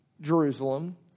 Jerusalem